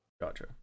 gotcha